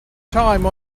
time